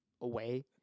away